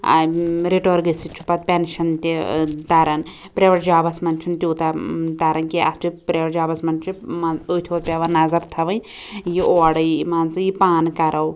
ٲں رِٹٲر گٔژھِتھ چھُ پَتہٕ پیٚنشَن تہِ ٲں تران پرٛایویٹ جابَس مَنٛز چھُنہٕ تیٛوٗتاہ تران کیٚنٛہہ اتھ چھُ پرٛایویٹ جابَس مَنٛز چھِ أتھۍ یوت پیٚوان نظر تھاوٕنۍ یہِ اورٕ یی مان ژٕ یہِ پانہٕ کَرو